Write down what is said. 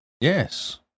Yes